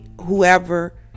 whoever